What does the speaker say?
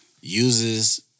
uses